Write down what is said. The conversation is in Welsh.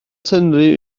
tynnu